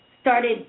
started